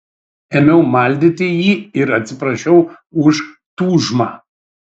ėmiau maldyti jį ir atsiprašiau už tūžmą